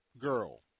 girl